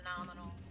phenomenal